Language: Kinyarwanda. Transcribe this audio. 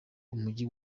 umujyi